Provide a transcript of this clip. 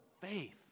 faith